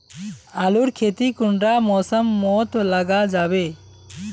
आलूर खेती कुंडा मौसम मोत लगा जाबे?